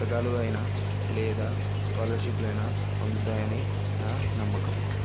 పథకాలు అయినా లేదా స్కాలర్షిప్లైనా అందుతాయి అని నా నమ్మకం